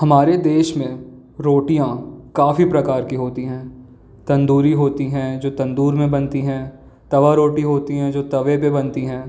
हमारे देश में रोटियाँ काफ़ी प्रकार की होती हैं तंदूरी होती हैं जो तंदूर में बनती हैं तवा रोटी होती हैं जो तवे पर बनती हैं